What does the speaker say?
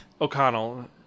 O'Connell